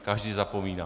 Každý zapomíná.